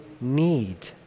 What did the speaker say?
need